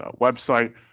website